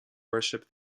worship